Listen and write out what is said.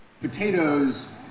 Potatoes